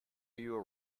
you